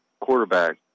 quarterback